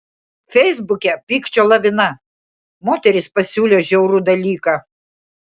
feisbuke pykčio lavina moteris pasiūlė žiaurų dalyką